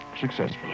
successfully